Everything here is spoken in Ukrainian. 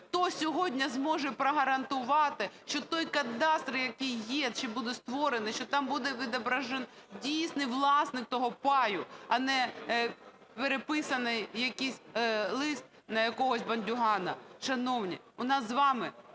Хто сьогодні зможе прогарантувати, що той кадастр, який є чи буде створений, що там буде відображений дійсний власник того паю, а не переписаний якийсь лист на якогось бандюгана? Шановні, у нас з вами